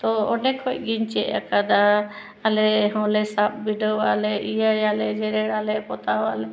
ᱛᱚ ᱚᱸᱰᱮ ᱠᱷᱚᱡ ᱜᱤᱧ ᱪᱮᱫ ᱟᱠᱟᱫᱟ ᱟᱞᱮ ᱦᱚᱸᱞᱮ ᱥᱟᱵ ᱵᱤᱰᱟᱹᱣᱟᱞᱮ ᱤᱭᱟᱹᱭᱟᱞᱮ ᱡᱮᱨᱮᱲᱟᱞᱮ ᱯᱚᱛᱟᱣ ᱟᱞᱮ